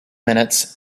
minutes